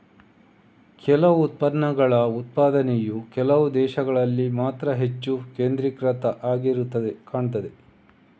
ಕೆಲವು ಉತ್ಪನ್ನಗಳ ಉತ್ಪಾದನೆಯು ಕೆಲವು ದೇಶಗಳಲ್ಲಿ ಮಾತ್ರ ಹೆಚ್ಚು ಕೇಂದ್ರೀಕೃತ ಆಗಿರುದು ಕಾಣ್ತದೆ